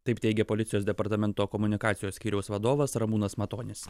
taip teigė policijos departamento komunikacijos skyriaus vadovas ramūnas matonis